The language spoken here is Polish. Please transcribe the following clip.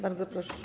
Bardzo proszę.